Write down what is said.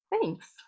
Thanks